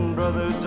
brother